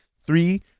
Three